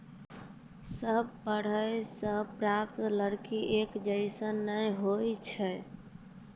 सभ्भे पेड़ों सें प्राप्त लकड़ी एक जैसन नै होय छै